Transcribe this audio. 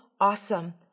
awesome